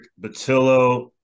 Batillo